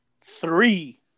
Three